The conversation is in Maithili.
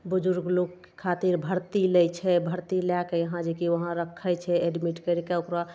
बुजुर्ग लोक खातिर भर्ती लै छै भर्ती लएके यहाँ जेकि वहाँ रखय छै एडमिट करिके ओकरा